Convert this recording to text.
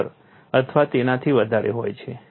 15 અથવા તેનાથી વધારે હોય છે